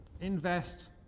invest